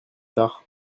tard